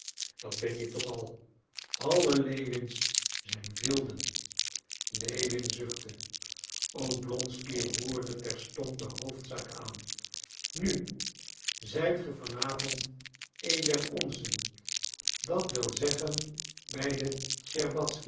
dat ben je toch al alle lewins zijn wilden lewin zuchtte oblonsky roerde terstond de hoofdzaak aan nu zijt ge van avond een der onzen dat wil zeggen bij de